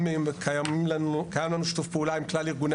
קיים לנו שיתוף פעולה עם כלל ארגוני